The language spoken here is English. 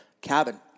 cabin